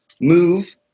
move